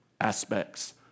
aspects